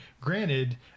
Granted